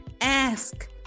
Ask